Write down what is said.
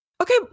Okay